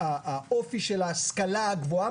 האופי של ההשכלה הגבוהה,